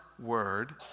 Word